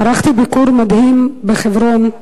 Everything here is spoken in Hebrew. ערכתי ביקור מדהים בחברון,